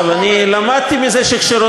שיתחילו